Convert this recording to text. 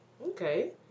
Okay